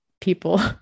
people